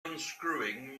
unscrewing